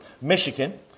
Michigan